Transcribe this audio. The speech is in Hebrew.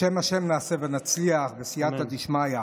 בשם השם נעשה ונצליח, בסייעתא דשמיא.